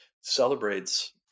celebrates